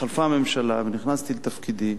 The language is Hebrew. התחלפה הממשלה ונכנסתי לתפקידי,